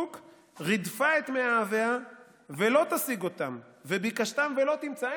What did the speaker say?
"ורדפה את מאביה מאהביה ולא תשיג אתם ובקשתם ולא תמצא".